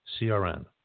CRN